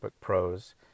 Pros